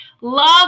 Love